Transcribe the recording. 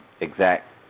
exact